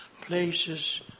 places